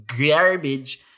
garbage